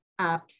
Apps